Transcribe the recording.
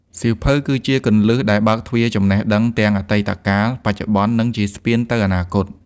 សៀវភៅគឺជាគន្លឹះដែលបើកទ្វារចំណេះដឹងទាំងអតីតកាល បច្ចុប្បន្ន និងជាស្ពានទៅអនាគត។